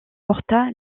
porta